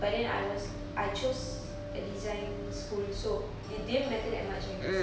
but then I was I chose a design school so it didn't matter that much I guess